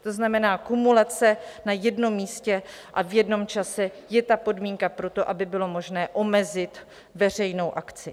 To znamená, kumulace na jednom místě a v jednom čase je ta podmínka pro to, aby bylo možné omezit veřejnou akci.